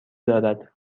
دارد